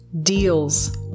deals